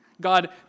God